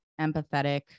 empathetic